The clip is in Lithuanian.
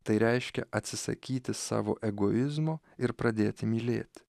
tai reiškia atsisakyti savo egoizmo ir pradėti mylėt